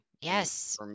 yes